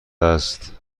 است